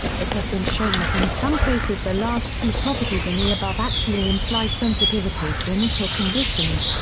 it has been shown that in some cases the last two properties in the above actually imply sensitivity to initial conditions,